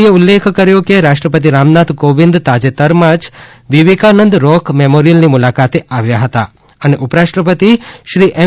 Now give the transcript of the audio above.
શ્રી મોદીએ ઉલ્લેખ કર્યો કે રાષ્ટ્રપતિ રામનાથ કોવિંદ તાજેતરમાં જ વિવેકાનંદ રોક મેમોરિયલની મુલાકાતે આવ્યા હતા અને ઉપરાષ્ટ્રપતિ શ્રી એમ